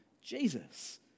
Jesus